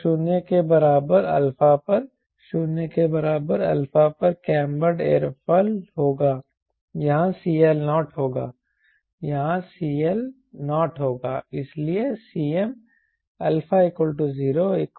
तो 0 के बराबर अल्फा पर 0 के बराबर α पर कैंबर्ड एयरफॉयल होगा यहाँ CL0 होगा यहाँ CL0 होगा